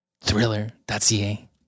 thriller.ca